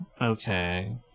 Okay